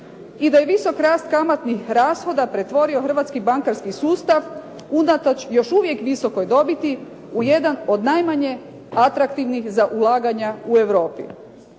I da je visok rast kamatnih rashoda pretvorio hrvatski bankarski sustav, unatoč još uvijek visokoj dobiti, u jedan od najmanje atraktivnih za ulaganja u Europi.